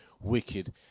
wicked